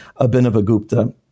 Abhinavagupta